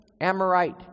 Amorite